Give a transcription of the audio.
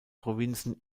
provinzen